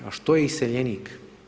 A što je iseljenik?